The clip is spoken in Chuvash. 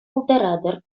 пултаратӑр